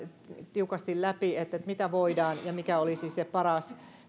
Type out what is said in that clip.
tiukasti läpi että mitä voidaan tehdä ja mikä olisi se paras